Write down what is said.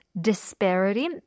disparity